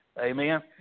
Amen